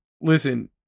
listen